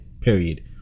Period